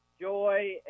joy